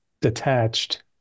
detached